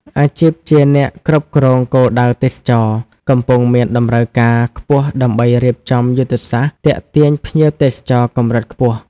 អាជីពជាអ្នកគ្រប់គ្រងគោលដៅទេសចរណ៍ កំពុងមានតម្រូវការខ្ពស់ដើម្បីរៀបចំយុទ្ធសាស្ត្រទាក់ទាញភ្ញៀវទេសចរកម្រិតខ្ពស់។